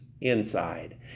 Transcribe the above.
inside